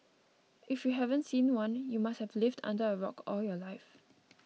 if you haven't seen one you must have lived under a rock all your life